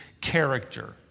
character